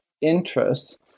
interests